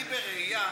אני בראייה